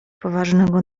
poważnego